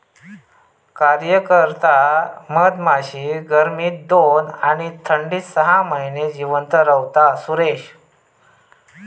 कार्यकर्ता मधमाशी गर्मीत दोन आणि थंडीत सहा महिने जिवंत रव्हता, सुरेश